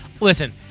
Listen